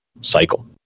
cycle